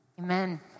Amen